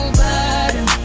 bottom